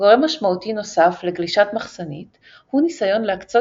גורם משמעותי נוסף לגלישת מחסנית הוא ניסיון להקצות